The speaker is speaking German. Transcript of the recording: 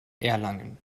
erlangen